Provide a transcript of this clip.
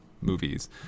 movies